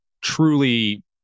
truly